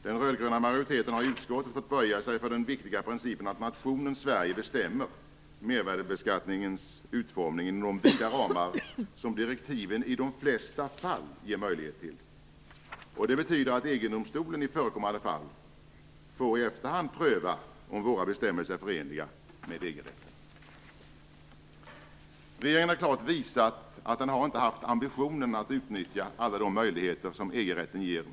Den röd-gröna majoriteten har i utskottet fått böja sig för den viktiga principen att nationen Sverige bestämmer mervärdesbeskattningens utformning inom de vida ramar som direktiven i de flesta fall ger möjlighet till. Det betyder att EG-domstolen i förekommande fall i efterhand får pröva om våra bestämmelser är förenliga med EG-rätten. Regeringen har klart visat att man inte har haft ambitionen att utnyttja alla de möjligheter som EG rätten ger.